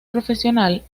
profesional